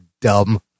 dumb